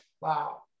wow